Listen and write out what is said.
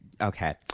Okay